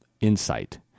insight